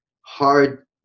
hard